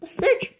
Search